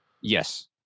Yes